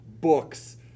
books